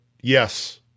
yes